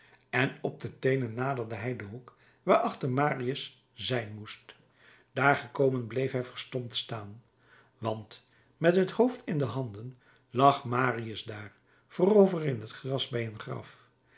en op de teenen naderde hij den hoek waarachter marius zijn moest daar gekomen bleef hij verstomd staan want met het hoofd in de handen lag marius daar voorover in het gras bij een graf